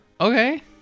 Okay